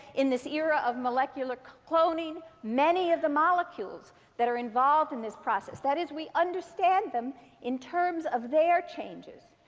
in this era of molecular cloning, many of the molecules that are involved in this process. that is, we understand them in terms of their changes.